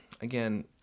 again